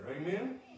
Amen